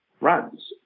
runs